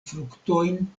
fruktojn